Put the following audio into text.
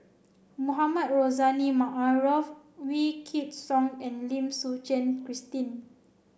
Mohamed Rozani Maarof Wykidd Song and Lim Suchen Christine